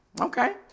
Okay